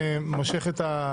י' בשבט התשפ"ב,